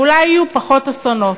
ואולי יהיו פחות אסונות.